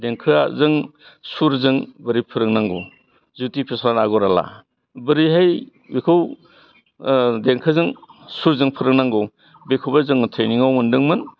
देंखोआ जों सुरजों बोरै फोरोंनांगौ ज्यति प्रसाद आगरवाला बोरैहाय बेखौ देंखोजों सुरजों फोरोंनांगौ बेखौबो जों ट्रेनिङाव मोन्दोंमोन